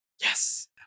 yes